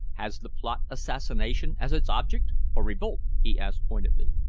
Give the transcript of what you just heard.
has the plot assassination as its object or revolt? he asked pointedly.